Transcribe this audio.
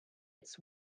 its